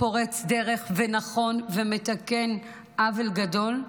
שהוא פורץ דרך ונכון ומתקן עוול גדול,